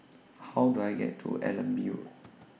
How Do I get to Allenby Road